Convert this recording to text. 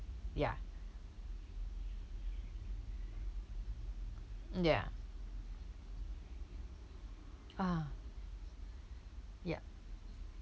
ya ya ah yup